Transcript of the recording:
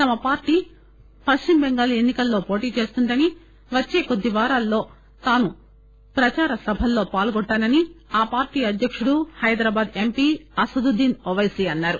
తమ పార్టీ పశ్చిమ బెంగాల్ ఎన్ని కల్లో పోటీ చేస్తుందని వచ్చే కొద్ది వారాల్లో తాను ప్రచార సభల్లో పాల్గొంటానని ఆ పార్టీ అధ్యక్తుడు హైదరాబాద్ ఎంపి అసదుద్దీస్ ఓపైసి అన్నారు